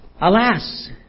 Alas